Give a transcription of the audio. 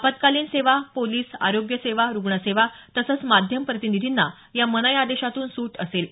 आपत्कालीन सेवा पोलिस आरोग्यसेवा रुग्णसेवा तसंच माध्यम प्रतिनिधींना या मनाई आदेशातून सूट असेल